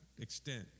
extent